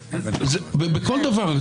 כמו בכל דבר,